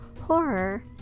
horror